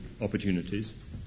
opportunities